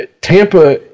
Tampa